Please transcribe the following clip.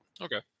Okay